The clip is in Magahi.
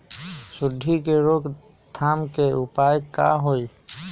सूंडी के रोक थाम के उपाय का होई?